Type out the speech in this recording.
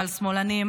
על שמאלנים,